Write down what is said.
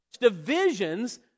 divisions